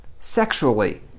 sexually